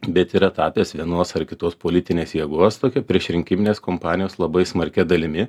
bet yra tapęs vienos ar kitos politinės jėgos tokiu priešrinkiminės kompanijos labai smarkia dalimi